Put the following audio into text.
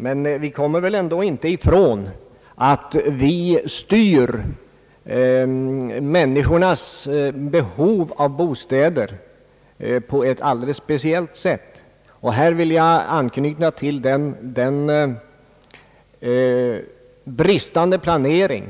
Men vi kommer väl ändå inte ifrån att samhället styr människornas behov av bostäder på ett alldeles speciellt sätt, och här vill jag påminna om den bristande planering